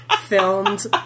filmed